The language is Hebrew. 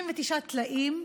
69 טלאים,